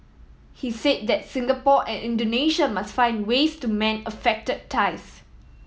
he said that Singapore and Indonesia must find ways to mend affected ties